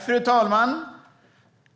Fru talman!